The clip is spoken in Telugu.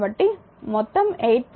కాబట్టి మొత్తం 8